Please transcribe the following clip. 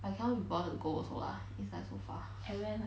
I cannot be bothered to go also lah is like so far